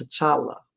T'Challa